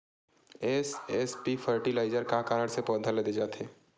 SSP fertiliser का कारण से पौधा ल दे जाथे?